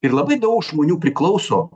ir labai daug žmonių priklauso